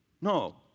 No